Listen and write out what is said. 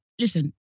listen